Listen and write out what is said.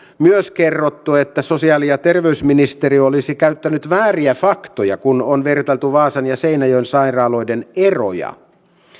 myös että sosiaali ja terveysministeriö olisi käyttänyt vääriä faktoja kun on vertailtu vaasan ja seinäjoen sairaaloiden eroja